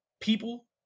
people